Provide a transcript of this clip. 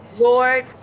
Lord